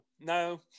No